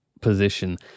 position